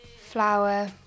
Flour